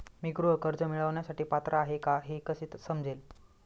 मी गृह कर्ज मिळवण्यासाठी पात्र आहे का हे कसे समजेल?